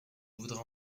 voudrais